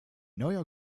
neuer